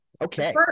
okay